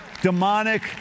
demonic